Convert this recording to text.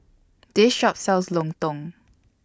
This Shop sells Lontong